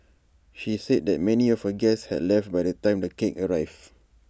she said that many of her guests had left by the time the cake arrived